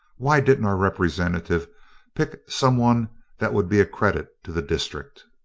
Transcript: why didn't our representative pick some one that would be a credit to the district?